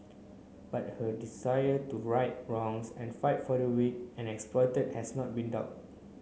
but her desire to right wrongs and fight for the weak and exploited has not been dulled